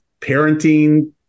parenting